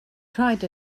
tried